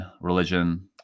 religion